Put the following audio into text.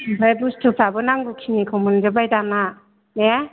ओमफ्राय बुस्थुफ्राबो नांगौखिनिखौ मोनजोबबाय दाना ने